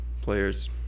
players